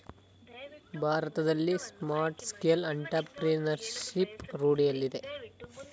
ಭಾರತದಲ್ಲಿ small scale entrepreneurship ರೂಢಿಯಲ್ಲಿದೆ